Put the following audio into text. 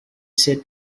said